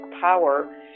power